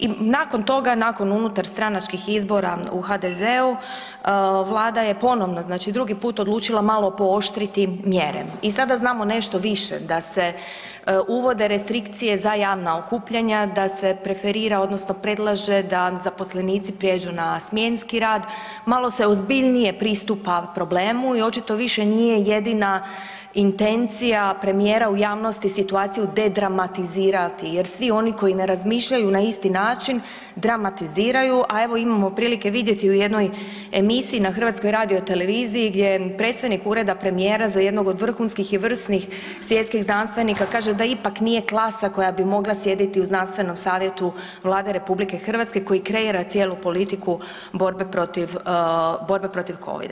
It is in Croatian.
I nakon toga, nakon unutar stranačkih izbora u HDZ-u, Vlada je ponovno znači drugi put odlučila malo pooštriti mjere i sada znamo nešto više, da se uvode restrikcije za javna okupljanja, da se preferira odnosno predlaže da zaposlenici prijeđu na smjenski rad, malo se ozbiljnije pristupa problemu i očito više nije jedina intencija premijera u javnosti situaciju de dramatizirati jer svi oni koji ne razmišljaju na isti način dramatiziraju, a evo imamo prilike vidjeti u jednoj emisiji na HRT-u gdje predstojnik Ureda premijera za jednog od vrhunskih i vrsnih svjetskih znanstvenika kaže da ipak nije klasa koja bi mogla sjediti u Znanstvenom savjetu Vlade RH koji kreira cijelu politiku borbe protiv covida.